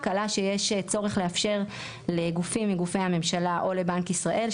עלה שיש צורך לאפשר לגופים מגופי הממשלה או לבנק ישראל,